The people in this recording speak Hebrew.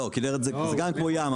הכנרת היא גם כמו ים,